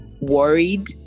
worried